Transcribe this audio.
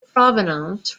provenance